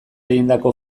egindako